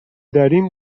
داریم